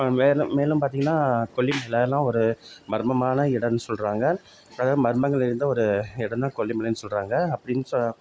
மேலும் மேலும் பார்த்திங்கன்னா கொல்லிமலைலாம் ஒரு மர்மமான இடம்ன்னு சொல்லுறாங்க அதாவது மர்மங்கள் நிறைந்த ஒரு இடம் தான் கொல்லிமலைன்னு சொல்லுறாங்க அப்படின் சொ